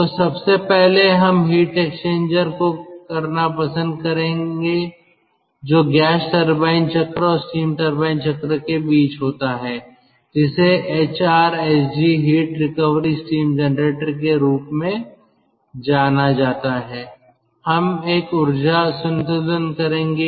तो सबसे पहले हम हीट एक्सचेंजर को करना पसंद करते हैं जो गैस टरबाइन चक्र और स्टीम टरबाइन चक्र के बीच होता है जिसे HRSG heat recovery steam generator के रूप में भी जाना जाता है हम एक ऊर्जा संतुलन करेंगे